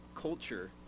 culture